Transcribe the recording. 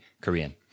Korean